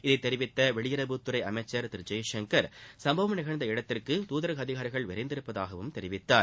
இதை தெரிவித்த வெளியுறவுத்துறை அமைச்சர் திரு ஜெய்சங்கர் சம்பவம் நடந்த இடத்திற்கு துதரக அதிகாரிகள் விரைந்துள்ளதாகவும் தெரிவித்தார்